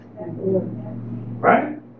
right